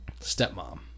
stepmom